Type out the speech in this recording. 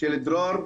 של דרור,